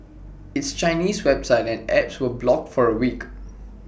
its Chinese website and apps were blocked for A week